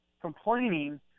complaining